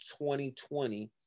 2020